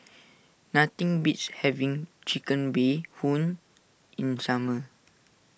nothing beats having Chicken Bee Hoon in summer